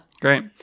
Great